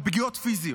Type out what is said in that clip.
על פגיעות פיזיות.